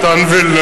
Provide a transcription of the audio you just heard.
אני, מתן וילנאי,